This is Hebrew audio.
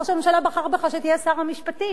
ראש הממשלה בחר בך שתהיה שר המשפטים,